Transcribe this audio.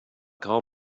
call